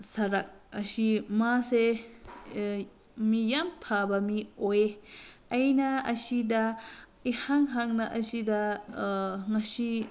ꯁꯔꯠ ꯑꯁꯤ ꯃꯥꯁꯦ ꯃꯤ ꯌꯥꯝ ꯐꯕ ꯃꯤ ꯑꯣꯏ ꯑꯩꯅ ꯑꯁꯤꯗ ꯏꯍꯥꯟ ꯍꯥꯟꯅ ꯑꯁꯤꯗ ꯉꯁꯤ